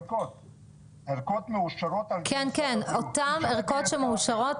הדרכה מפורטת ומתועדת ומיומנויות